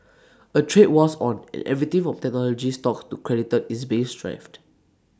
A trade war's on and everything from technology stocks to creditor is being strafed